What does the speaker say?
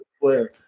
Flair